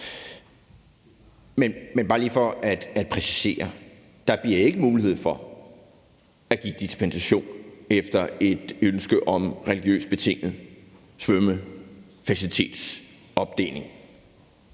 Men bare lige for at præcisere vil jeg sige, at der ikke bliver mulighed for at give dispensation efter et ønske om religiøst betinget svømmefacilitetsopdeling,